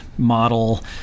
Model